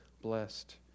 blessed